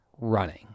running